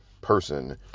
person